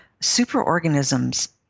Superorganisms